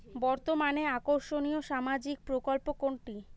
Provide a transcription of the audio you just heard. বর্তমানে আকর্ষনিয় সামাজিক প্রকল্প কোনটি?